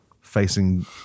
facing